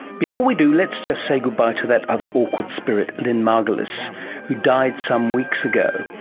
before we do, let's just say goodbye to that other awkward spirit lynn margulis who died some weeks ago.